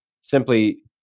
simply